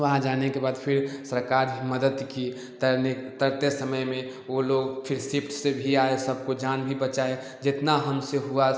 वहाँ जाने के बाद फिर सरकार भी मदद की तैरने तैरते समय में वो लोग फिर सिप से भी आए सबको जान भी बचाए जितना हमसे हुआ